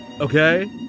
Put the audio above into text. Okay